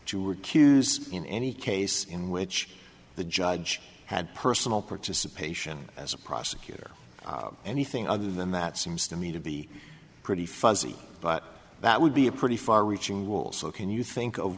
recuse in any case in which the judge had personal participation as a prosecutor anything other than that seems to me to be pretty fuzzy but that would be a pretty far reaching rules so can you think of